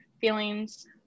feelings